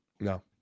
No